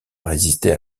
résister